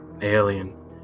alien